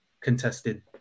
contested